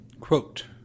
Quote